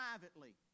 privately